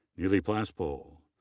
neely plaspohl,